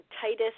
Titus